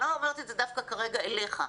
ואני לא אומרת את זה דווקא כרגע אלייך,